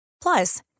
Plus